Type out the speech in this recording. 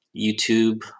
YouTube